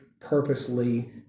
purposely